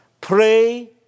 Pray